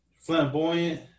flamboyant